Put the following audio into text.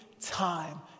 time